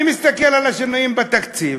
אני מסתכל על השינויים בתקציב,